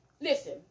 Listen